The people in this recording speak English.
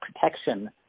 protection